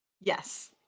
Yes